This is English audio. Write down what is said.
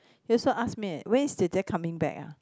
they also ask me when is jie jie coming back ah